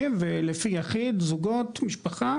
ורתוקים ולפי יחיד, זוגות, משפחה.